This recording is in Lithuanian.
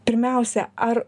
pirmiausia ar